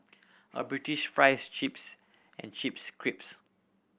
a British fries chips and chips crisps